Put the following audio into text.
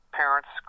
parents